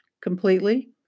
completely